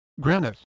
granite